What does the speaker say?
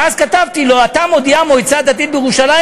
ואז כתבתי לו: עתה מודיעה המועצה הדתית בירושלים